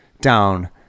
down